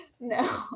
No